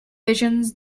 visions